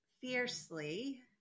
fiercely